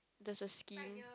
there's a scheme